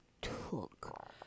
took